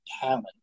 talent